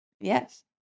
Yes